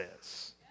says